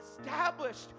established